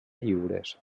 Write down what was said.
lliures